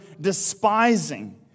despising